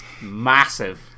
massive